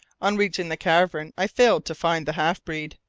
on reaching the cavern i failed to find the half-breed.